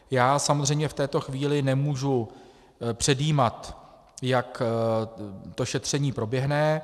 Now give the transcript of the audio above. Já samozřejmě v této chvíli nemůžu předjímat, jak to šetření proběhne.